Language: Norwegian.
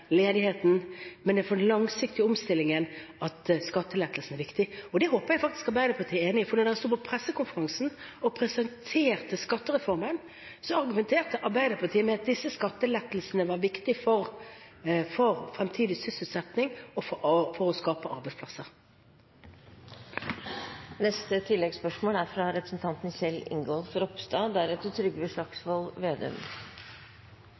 ledigheten, men det er for den langsiktige omstillingen at skattelettelsene er viktig. Det håper jeg faktisk at Arbeiderpartiet er enig i, for da man sto på pressekonferansen og presenterte skattereformen, argumenterte Arbeiderpartiet med at disse skattelettelsene var viktige for fremtidig sysselsetting, for å skape arbeidsplasser.